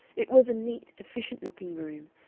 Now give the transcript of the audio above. it was a neat, efficient-looking room,